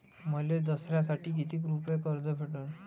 मले दसऱ्यासाठी कितीक रुपये कर्ज भेटन?